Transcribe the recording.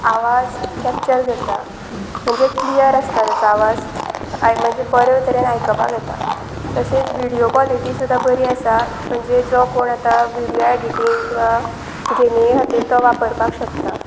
आवाज कॅप्चर करता म्हणजे क्लियर आसता ताचो आवाज आनी म्हणजे बरे तरेन आयकपाक येता तशेंच विडियो क्वॉलिटी सुद्दा बरी आसा म्हणजे जो कोण आतां विडियो एडिटींग किंवा गेमिंगे खातीर तो वापरपाक शकता